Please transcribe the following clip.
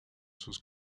sus